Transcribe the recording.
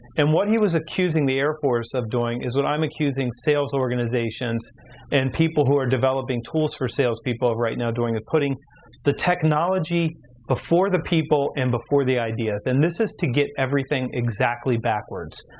and what he was accusing the air force of doing is what i'm accusing sales organizations and people who are developing tools for sales people right now are doing of putting the technology before the people and before the ideas. and this is to get everything exactly backwards.